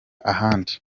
ahandi